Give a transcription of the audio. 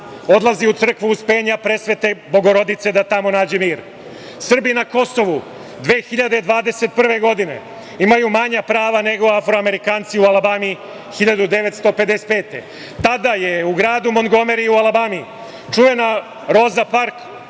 odlazi u crkvu „Uspenja presvete Bogorodice“ da tamo nađe mir. Srbi na Kosovu 2021. godine imaju manja prava nego Afroamerikanci u Alabami 1955. Tada je u gradu Mongomeri u Alabami čuvena Roza Parks